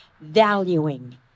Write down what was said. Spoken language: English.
valuing